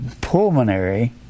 pulmonary